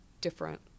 different